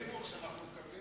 זה החינוך שאנחנו מקבלים.